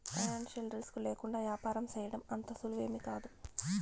financial risk లేకుండా యాపారం సేయడం అంత సులువేమీకాదు